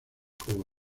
como